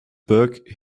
book